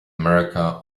america